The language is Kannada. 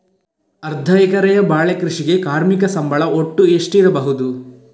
ಅರ್ಧ ಎಕರೆಯ ಬಾಳೆ ಕೃಷಿಗೆ ಕಾರ್ಮಿಕ ಸಂಬಳ ಒಟ್ಟು ಎಷ್ಟಿರಬಹುದು?